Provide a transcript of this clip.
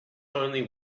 only